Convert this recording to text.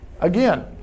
Again